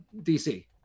DC